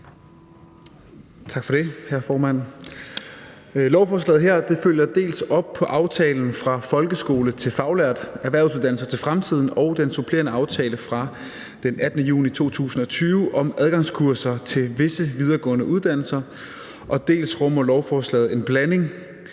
Tak for det, formand. Lovforslaget her følger dels op på aftalen »Fra folkeskole til faglært – Erhvervsuddannelser til fremtiden« og den supplerende aftale fra den 18. juni 2020 om adgangskurser til visse videregående uddannelser, dels rummer lovforslaget en blanding,